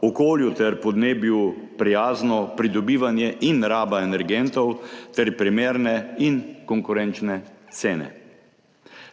okolju ter podnebju prijazno pridobivanje in raba energentov ter primerne in konkurenčne cene.